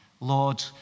Lord